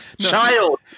child